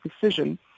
decision